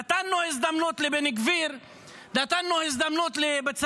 נתנו הזדמנות לבן גביר,